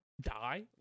die